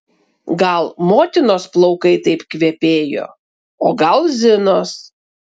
gal motinos plaukai taip kvepėjo o gal zinos